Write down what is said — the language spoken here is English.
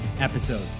episode